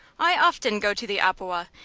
i often go to the opewa.